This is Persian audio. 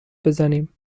بزنیم